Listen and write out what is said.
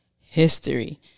history